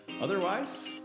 otherwise